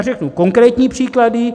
Řeknu konkrétní příklady.